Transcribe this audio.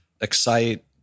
Excite